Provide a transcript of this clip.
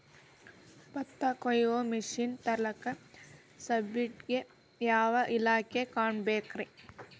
ಭತ್ತ ಕೊಯ್ಯ ಮಿಷನ್ ತರಾಕ ಸಬ್ಸಿಡಿಗೆ ಯಾವ ಇಲಾಖೆ ಕಾಣಬೇಕ್ರೇ?